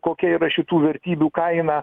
kokia yra šitų vertybių kaina